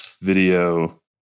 video